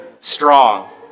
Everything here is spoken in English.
strong